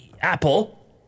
Apple